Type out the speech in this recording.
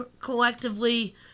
collectively